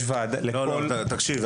יש ועדה --- תקשיב,